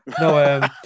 No